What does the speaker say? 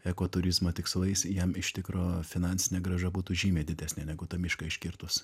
ekoturizmo tikslais jam iš tikro finansinė grąža būtų žymiai didesnė negu tą mišką iškirtus